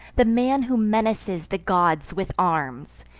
the man who menaces the gods with arms,